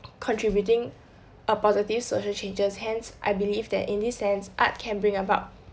contributing a positive social changes hence I believe that in this sense art can bring about